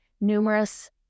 numerous